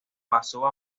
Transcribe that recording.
pasa